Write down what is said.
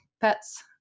pets